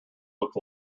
look